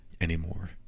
anymore